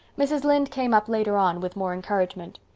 mrs. lynde came up later on with more encouragement.